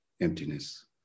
emptiness